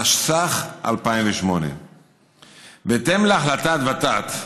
התשס"ח 2008. בהתאם להחלטת ות"ת,